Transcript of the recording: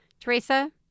Teresa